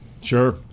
Sure